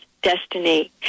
Destiny